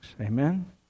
Amen